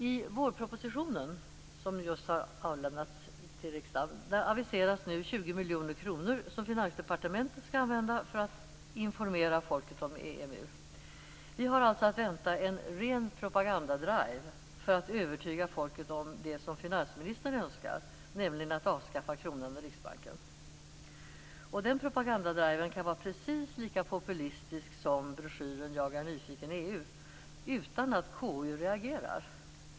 I vårpropositionen, som just har avlämnats till riksdagen, aviseras nu 20 miljoner kronor som Finansdepartementet skall använda för att informera folket om EMU. Vi har alltså att vänta en ren propagandadrive för att övertyga folket om det som finansministern önskar, nämligen att avskaffa kronan och Riksbanken. Och den propagandadriven kan vara precis lika populistisk som broschyren Jag är nyfiken EU utan att KU reagerar.